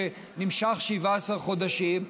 שנמשך 17 חודשים,